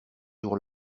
jour